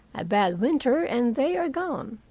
a bad winter, and they are gone.